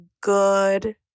good